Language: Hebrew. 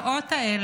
הזוועות האלה